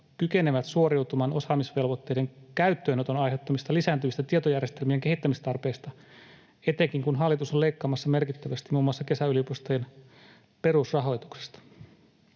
kykenevät suoriutumaan osaamisvelvoitteiden käyttöönoton aiheuttamista lisääntyvistä tietojärjestelmien kehittämistarpeista — etenkin, kun hallitus on leikkaamassa merkittävästi muun muassa kesäyliopistojen perusrahoituksesta?